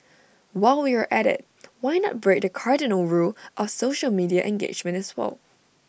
while we are at IT why not break the cardinal rule of social media engagement as well